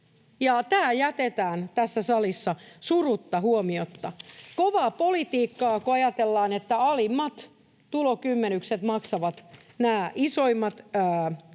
tämä jätetään tässä salissa surutta huomiotta — kovaa politiikkaa, kun ajatellaan, että alimmat tulokymmenykset maksavat nämä isoimmat säästöt,